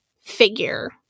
figure